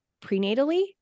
prenatally